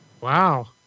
Wow